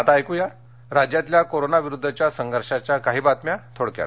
आता ऐकया राज्यातल्या कोरोना विरुद्दच्या संघर्षाच्या काही बातम्या थोडक्यात